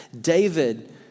David